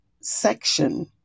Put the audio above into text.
section